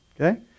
Okay